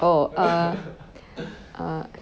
oh uh uh